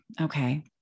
Okay